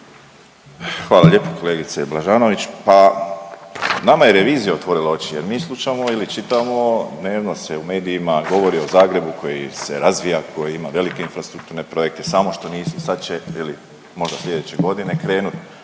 Hvala lijepo kolegice Blažanović, pa nama je revizija otvorila oči jer mi slušamo ili čitamo, dnevno se u medijima govori o Zagrebu koji se razvija, koji ima velike infrastrukturne projekte, samo što nisu, sad će ili možda slijedeće godine krenut,